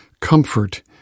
comfort